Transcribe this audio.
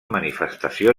manifestació